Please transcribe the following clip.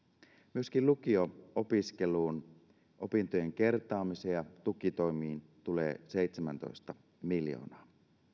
myöskin lukio opiskeluun opintojen kertaamiseen ja tukitoimiin tulee seitsemäntoista miljoonaa